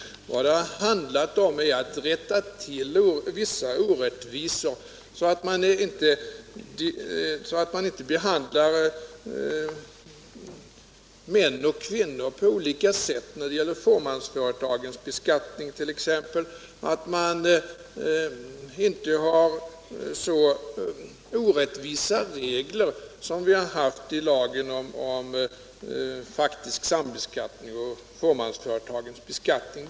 Det har gällt att rätta till vissa orättvisor så att inte män och kvinnor behandlas på olika sätt när det gäller fåmansföretagens beskattning. Vi vill ha bort de orättvisa regler som finns i lagen om faktisk sambeskattning och fåmansföretagens beskattning.